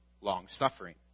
long-suffering